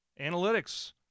Analytics